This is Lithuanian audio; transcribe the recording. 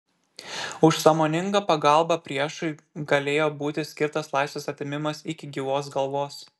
už sąmoningą pagalbą priešui galėjo būti skirtas laisvės atėmimas iki gyvos galvos